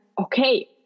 okay